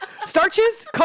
Starches